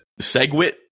Segwit